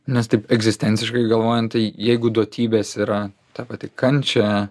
nes taip egzistenciškai galvojant tai jeigu duotybės yra ta pati kančia